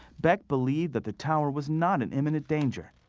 beck believed that the tower was not in imminent danger.